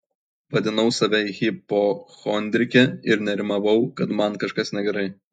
vadinau save hipochondrike ir nerimavau kad man kažkas negerai